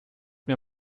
mir